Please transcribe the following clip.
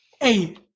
Hey